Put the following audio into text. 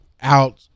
out